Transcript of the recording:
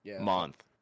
Month